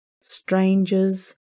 strangers